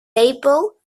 lepel